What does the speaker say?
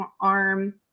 arm